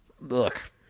look